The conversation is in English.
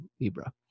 Libra